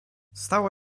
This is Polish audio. stało